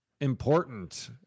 important